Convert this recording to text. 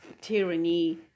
tyranny